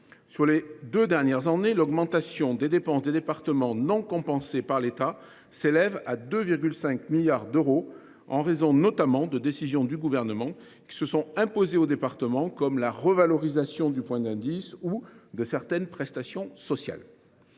sur les deux dernières années, l’augmentation des dépenses des départements non compensée par l’État s’élève à 2,5 milliards d’euros, en raison notamment de décisions du Gouvernement qui se sont imposées aux départements, telles que la revalorisation du point d’indice ou de certaines prestations sociales.